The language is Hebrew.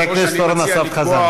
חבר הכנסת אורן אסף חזן.